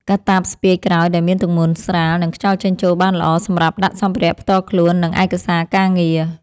កាតាបស្ពាយក្រោយដែលមានទម្ងន់ស្រាល និងខ្យល់ចេញចូលបានល្អ សម្រាប់ដាក់សម្ភារៈផ្ទាល់ខ្លួន និងឯកសារការងារ។